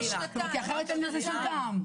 כי אחרת אין לזה שום טעם.